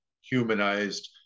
humanized